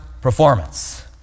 performance